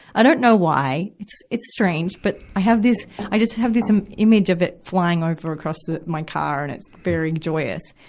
i don't know why. it's, it's strange. but i have this, i just have this, ah, image of it flying over across my car, and it's very joyous.